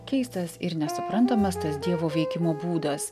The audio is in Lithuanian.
keistas ir nesuprantamas tas dievo veikimo būdas